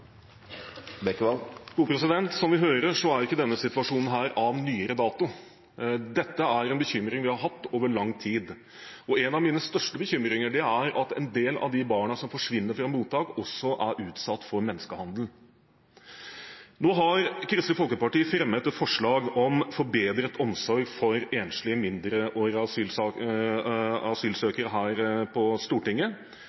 ikke denne situasjonen av nyere dato. Dette er en bekymring vi har hatt over lang tid. En av mine største bekymringer er at en del av de barna som forsvinner fra mottak, er utsatt for menneskehandel. Kristelig Folkeparti har her på Stortinget fremmet flere forslag om forbedret omsorg for enslige mindreårige asylsøkere som jeg håper at statsråden vil se nærmere på.